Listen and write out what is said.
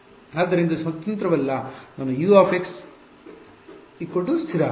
ಆದ್ದರಿಂದ ಇದು ಸ್ವತಂತ್ರವಲ್ಲ ನಾನು U ಸ್ಥಿರ